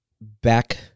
back